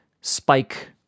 spike